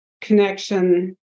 connection